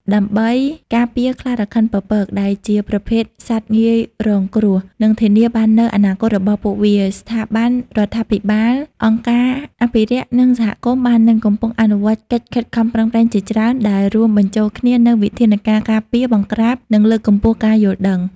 ដើម្បីការពារខ្លារខិនពពក ដែលជាប្រភេទសត្វងាយរងគ្រោះ និងធានាបាននូវអនាគតរបស់ពួកវា ស្ថាប័នរដ្ឋាភិបាល អង្គការអភិរក្ស និងសហគមន៍បាននិងកំពុងអនុវត្តកិច្ចខិតខំប្រឹងប្រែងជាច្រើន ដែលរួមបញ្ចូលគ្នានូវវិធានការការពារ បង្ក្រាប និងលើកកម្ពស់ការយល់ដឹង។